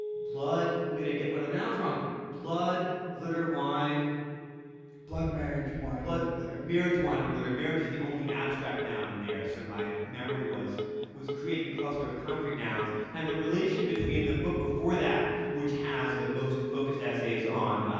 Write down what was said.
blood i'm going to get one of the nouns wrong blood, glitter, wine blood, marriage, wine, and glitter. marriage, wine, and glitter. marriage is the only abstract noun in there so my memory was was creating a cluster of concrete nouns and the relation between the book before that, which has the most focused essays on